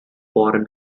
foreign